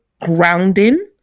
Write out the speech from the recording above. grounding